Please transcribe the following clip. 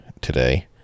today